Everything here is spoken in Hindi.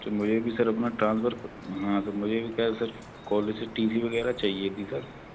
सर मुझे भी सर अपना ट्रांसफ़र हाँ तो मुझे भी क्या है सर कॉलेज से टी वी वगैरह चाहिए थी सर